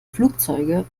flugzeuge